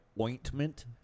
ointment